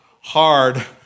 hard